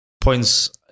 points